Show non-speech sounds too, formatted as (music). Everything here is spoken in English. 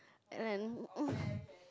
and (noise)